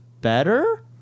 better